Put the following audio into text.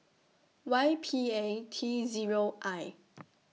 Y P A T Zero I